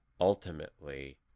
ultimately